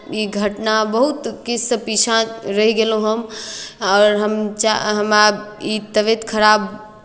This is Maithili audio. ई घटना बहुत किछुसँ पीछा रहि गेलहुँ हम आओर हम चा हमरा ई तबियत खराब